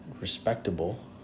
respectable